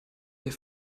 der